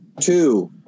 two